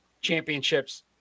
championships